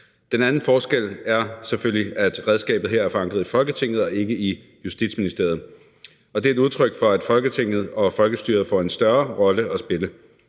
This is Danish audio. Den anden forskel er selvfølgelig, at redskabet her er forankret i Folketinget og ikke i Justitsministeriet, og det er udtryk for, at Folketinget og folkestyret får en større rolle at spille.